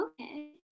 Okay